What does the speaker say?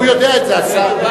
הוא יודע את זה, השר.